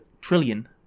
trillion